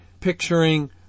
picturing